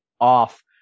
off